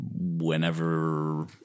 whenever